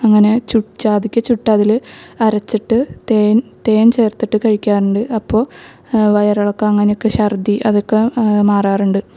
അങ്ങനെ ചു ജാതിക്ക ചുട്ടതില് അരച്ചിട്ട് തേൻ തേൻ ചേർത്തിട്ട് കഴിക്കാറുണ്ട് അപ്പോൾ വയറിളക്കം അങ്ങനൊക്കെ ശർദി അതൊക്കെ മാറാറുണ്ട്